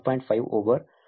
5 over 1